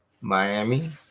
Miami